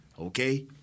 okay